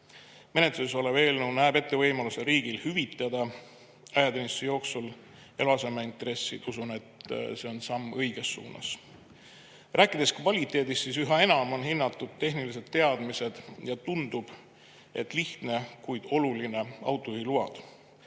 Menetluses olev eelnõu näeb ette võimaluse riigil hüvitada ajateenistuse jooksul eluasemeintressid. Usun, et see on samm õiges suunas. Rääkides kvaliteedist, on üha enam hinnatud tehnilised teadmised ja – tundub, et lihtne, kuid oluline – autojuhiload.